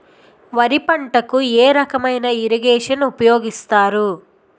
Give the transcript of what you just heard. వరి పంటకు ఏ రకమైన ఇరగేషన్ ఉపయోగిస్తారు?